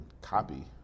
copy